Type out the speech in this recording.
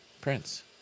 Prince